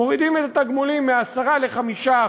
מורידים את התגמולים מ-10% ל-5%.